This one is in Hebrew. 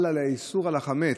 ומהאיסור על החמץ,